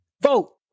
Vote